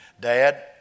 Dad